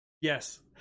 Yes